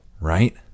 right